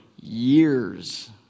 years